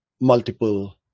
multiple